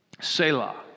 Selah